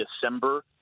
December